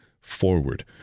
forward